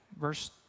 verse